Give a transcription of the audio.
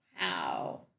Wow